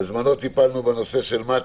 בזמנו טיפלנו בנושא של מט"י.